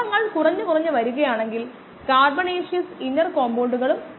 1 എന്ന് വിളിക്കട്ടെ കാരണം ഇത് മൊഡ്യൂൾ 1 ആണ്